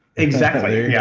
exactly, yeah